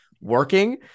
working